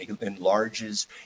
enlarges